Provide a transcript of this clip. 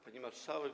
Pani Marszałek!